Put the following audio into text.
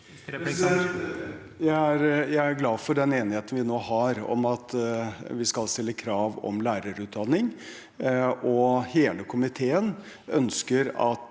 Jeg er glad for den enigheten vi nå har om at vi skal stille krav om lærerutdanning, og hele komiteen ønsker at